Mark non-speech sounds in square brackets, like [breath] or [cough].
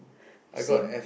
[breath] same